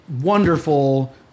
wonderful